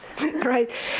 Right